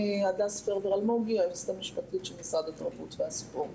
אני היועצת המשפטית של משרד התרבות והספורט.